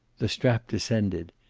the strap descended.